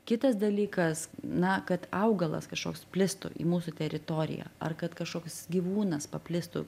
kitas dalykas na kad augalas kažkoks plistų į mūsų teritoriją ar kad kažkoks gyvūnas paplistų